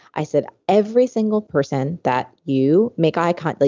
i said every single person that you make eye contact,